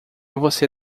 você